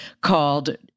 called